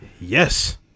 Yes